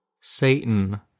Satan